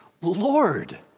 Lord